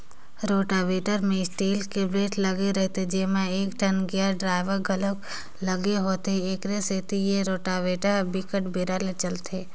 rotavator म steel के blade लगे रहिथे जेमा एकठन गेयर ड्राइव घलोक लगे होथे, एखरे सेती ए रोटावेटर ह बिकट बेरा ले चलथे